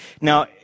Now